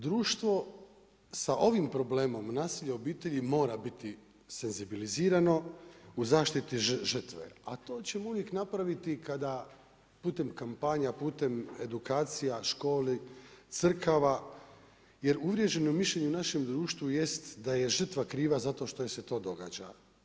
Društvo sa ovim problemom nasilja u obitelji mora biti senzibilizirano u zaštiti žrtve, a to ćemo uvijek napraviti kada putem kampanja, putem edukacija, školi, crkva jer uvrijeđeno mišljenje u našem društvu jest da je žrtva kriva zato što joj se to događa.